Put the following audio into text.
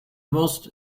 most